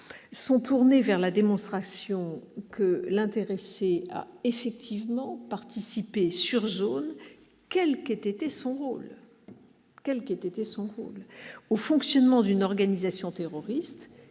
sont tournées vers la démonstration que l'intéressé a effectivement participé sur zone, quel qu'ait été son rôle, au fonctionnement d'une organisation terroriste